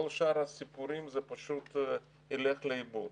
כל שאר הסיפורים זה פשוט ילך לאיבוד.